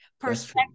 perspective